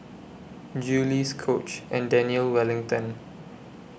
Julie's Coach and Daniel Wellington